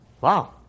Wow